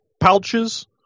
pouches